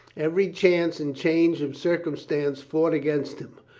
every chance and change of circumstance fought against him.